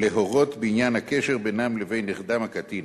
להורות בעניין הקשר בינם לבין נכדם הקטין.